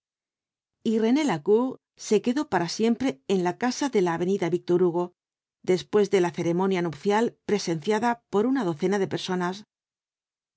y rene lacour se quedó para siempre en la casa de la avenida víctor hugo después de la ceremonia nup'ial presenciada por una docena de personas